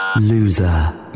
Loser